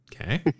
Okay